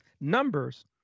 numbers